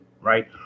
right